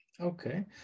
Okay